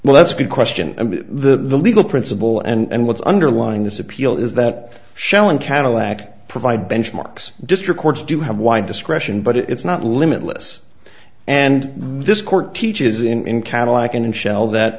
well that's a good question and the legal principle and what's underlying this appeal is that shelling cadillac provide benchmarks district courts do have wide discretion but it's not limitless and this court teaches in cadillac and in shell that